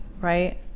right